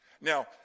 Now